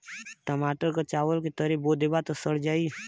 टमाटर क चावल के तरे बो देबा त सड़ जाई